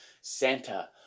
Santa